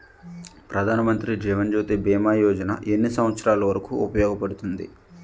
ప్రధాన్ మంత్రి జీవన్ జ్యోతి భీమా యోజన ఎన్ని సంవత్సారాలు వరకు ఉపయోగపడుతుంది?